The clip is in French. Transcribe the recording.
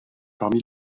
parmi